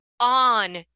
on